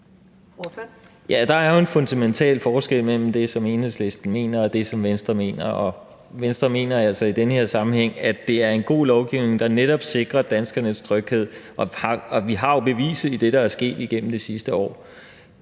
Der er jo en fundamental forskel på det, som Enhedslisten mener, og det, som Venstre mener. Og Venstre mener altså i den her sammenhæng, at det er en god lovgivning, der netop sikrer danskernes tryghed, og vi har jo beviset ved det, der er sket gennem det sidste år.